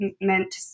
meant